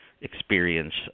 experience